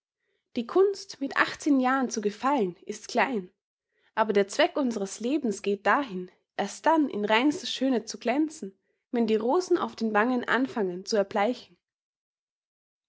die kunst mit achtzehn jahren zu gefallen ist klein aber der zweck unseres lebens geht dahin erst dann in reinster schönheit zu glänzen wenn die rosen auf den wangen anfangen zu erbleichen